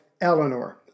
Eleanor